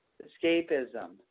escapism